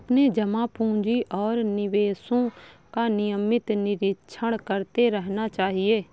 अपने जमा पूँजी और निवेशों का नियमित निरीक्षण करते रहना चाहिए